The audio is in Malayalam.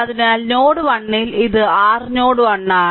അതിനാൽ നോഡ് 1 ൽ ഇത് r നോഡ് 1 ആണ്